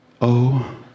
Oh